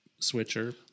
Switcher